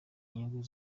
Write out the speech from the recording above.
inyungu